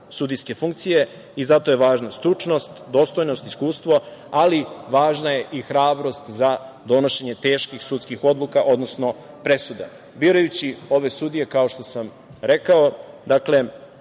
sudijske funkcije i zato je važna stručnost, dostojnost, iskustvo, ali važna je i hrabrost za donošenje teških sudskih odluka, odnosno presuda. Birajući ove sudije, kao što sam rekao, dakle,